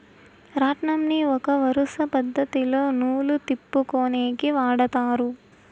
రాట్నంని ఒక వరుస పద్ధతిలో నూలు తిప్పుకొనేకి వాడతారు